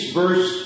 verse